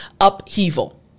upheaval